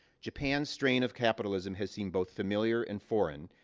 japan's strain of capitalism has seemed both familiar and foreign,